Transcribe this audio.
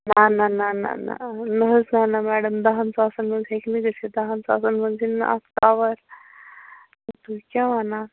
نہ نہ نہ نہ نہ نہٕ حظ نہ نہ میڈَم دَہَن ساسَن منٛز ہیٚکہِ نہٕ گٔژھِتھ دَہَن ساسَن منٛز یِننہٕ اَتھ کَوَر تُہۍ کیٛاہ ونان